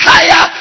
Higher